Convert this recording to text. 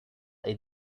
est